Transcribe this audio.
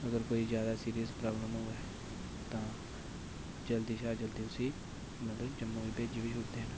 अगर कोई ज्यादा सिरियस प्राब्लम होऐ तां जल्दी शा जल्दी उसी मतलब जम्मू भेजी बी छोड़दे न